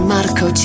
Marco